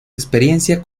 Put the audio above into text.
experiencia